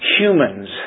humans